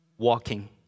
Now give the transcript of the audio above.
walking